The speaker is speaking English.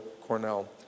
Cornell